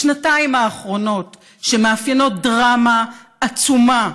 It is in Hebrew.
השנתיים האחרונות מתאפיינות בדרמה עצומה,